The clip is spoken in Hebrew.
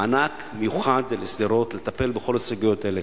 מענק מיוחד לשדרות לטפל בכל הסוגיות האלה,